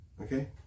Okay